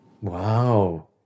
Wow